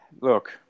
look